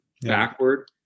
backward